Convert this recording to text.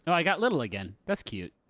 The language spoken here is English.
i got little again. that's cute.